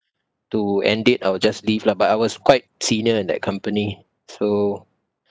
to end it I will just leave lah but I was quite senior in that company so